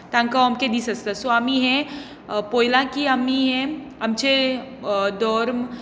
तांकां अमके दीस आसता सो आमी हें पोयलां की आमी हें आमचें धर्म